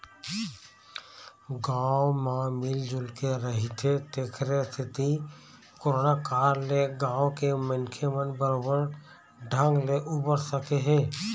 गाँव म मिल जुलके रहिथे तेखरे सेती करोना काल ले गाँव के मनखे मन बरोबर ढंग ले उबर सके हे